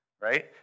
right